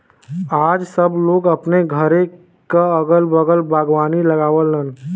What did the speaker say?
आज सब लोग अपने घरे क अगल बगल बागवानी लगावलन